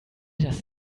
das